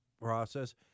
process